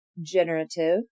generative